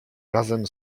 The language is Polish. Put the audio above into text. razem